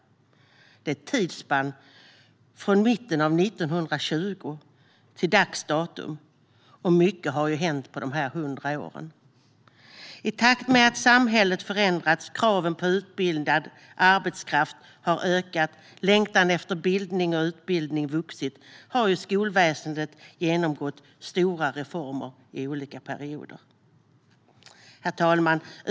Det är ett tidsspann från mitten av 1920-talet till dags datum, och mycket har hänt på de hundra åren. I takt med att samhället förändrats, kraven på utbildad arbetskraft ökat och längtan efter bildning och utbildning vuxit har skolväsendet genomgått stora reformer i olika perioder. Herr talman!